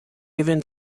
even